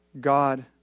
God